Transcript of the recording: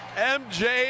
MJ